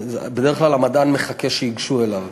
בדרך כלל המדען מחכה שייגשו אליו,